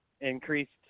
increased